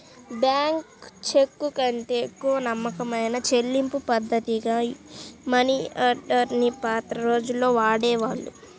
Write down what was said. bank చెక్కుకంటే ఎక్కువ నమ్మకమైన చెల్లింపుపద్ధతిగా మనియార్డర్ ని పాత రోజుల్లో వాడేవాళ్ళు